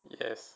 yes